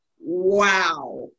wow